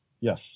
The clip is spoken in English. Yes